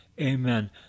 Amen